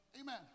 Amen